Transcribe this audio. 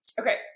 okay